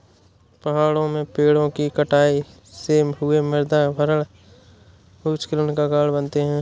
पहाड़ों में पेड़ों कि कटाई से हुए मृदा क्षरण भूस्खलन का कारण बनते हैं